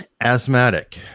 Asthmatic